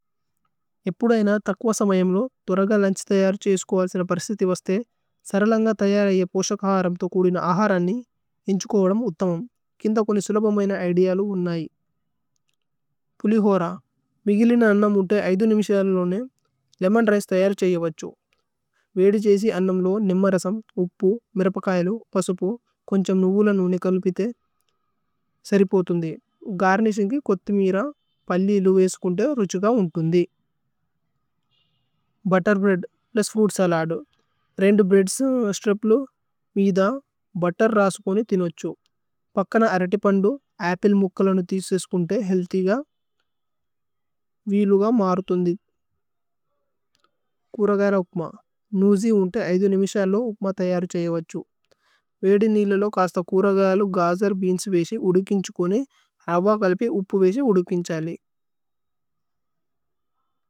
ഏപ്പുദ ഏന തക്കുഅ സമയമ് ലോ ദുരഗ ലുന്ഛി തയര് ഛേസ്കോ ആസേന പ്രസിതി വസ്ഥേ സരലന്ഗ തയര് അയ പോശ കഹ അരമ് തോ കുദിന അഹാര് അന്നി ഇന്ഛുകോദമ് ഉത്ഥമ്। കിന്ദ കോനി സുലബമയന ഇദേയലു ഉന്നൈ। പുലിഹോര। മേഗിലിന അന്നമ് ഉന്തേ അയ്ധു നിമേശയല് ലു നേ ലേമോന് രിചേ തയര് ഛേസ്യോ। വേദി ഛേശി അന്നമ് ലോ നിമ്മരസമ്, ഉപു, മിരപകയലു, പസുപു, കോന്ഛമ് നുബുലന് ഉന്നേ കലുപിതേ സരിപോതുന്ദി। ഗര്നിശന് കേ കോഥ്മിര പല്ലി ഇലു ബേസുകുന്ദി രുഛുകന്ദി। Butter bread plus food salad. രേന്ദു ബ്രേഅദ്സ്, സ്ത്രേപ്ലു, മീദ, ബുത്തേര് രസു പോനി തിനു അഛു। പക്കന അരതി പന്ദു, അപില് മുക്കല നു തിസുകുന്ദി ഹേഅല്ഥ്യ് ഗ। വീലു ഗ മരുതുന്ദി। കുരഗയ ഉക്മ। നുജി ഉന്തേ അയ്ധു നിമേശയലു ഉക്മ തയര് ഛേസ്യോ അഛു। വേദി നിലേ ലു കസ്ഥ കുരഗയ ലു ഗജര് ബേഅന്സ് ബേസി ഉദുകിന് ഛുകുന്ദി। രവ കലിപി ഉപു ബേസി ഉദുകിന് ഛലി।